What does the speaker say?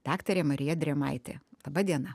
daktarė marija drėmaitė laba diena